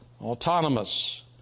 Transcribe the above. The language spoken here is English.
autonomous